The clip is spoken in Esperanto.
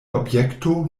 objekto